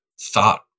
thought